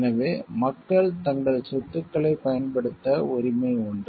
எனவே மக்கள் தங்கள் சொத்துக்களை பயன்படுத்த உரிமை உண்டு